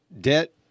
debt